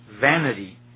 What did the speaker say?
vanity